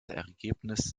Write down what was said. ergebnis